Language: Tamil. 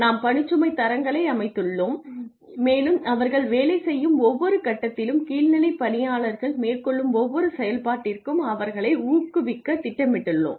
நாம் பணிச்சுமை தரங்களை அமைத்துள்ளோம் மேலும் அவர்கள் வேலை செய்யும் ஒவ்வொரு கட்டத்திலும் கீழ்நிலை பணியாளர்கள் மேற்கொள்ளும் ஒவ்வொரு செயல்பாட்டிற்கும் அவர்களை ஊக்குவிக்கத் திட்டமிட்டுள்ளோம்